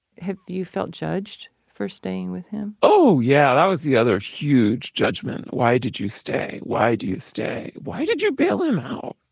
have you felt judged for staying with him? oh yeah. that was the other huge judgment why did you stay? why do you stay? why did you bail him out?